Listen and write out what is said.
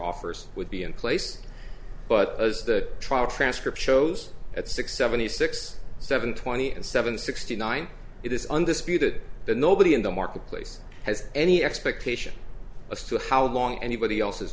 offers would be in place but as the trial transcript shows at six seventy six seven twenty seven sixty nine it is undisputed that nobody in the marketplace has any expectation as to how long anybody else's